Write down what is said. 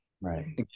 right